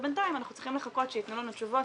בינתיים אנחנו צריכים לחכות שיתנו לנו תשובות.